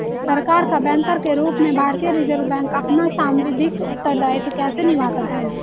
सरकार का बैंकर के रूप में भारतीय रिज़र्व बैंक अपना सांविधिक उत्तरदायित्व कैसे निभाता है?